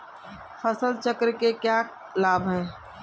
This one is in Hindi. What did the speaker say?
फसल चक्र के क्या लाभ हैं?